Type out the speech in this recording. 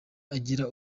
agira